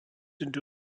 into